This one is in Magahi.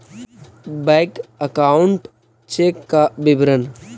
बैक अकाउंट चेक का विवरण?